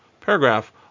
paragraph